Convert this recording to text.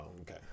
okay